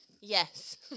Yes